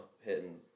hitting